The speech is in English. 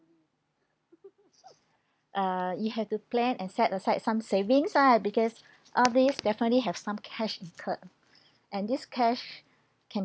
uh you have to plan and set aside some savings ah because all these definitely have some cash incurred and this cash can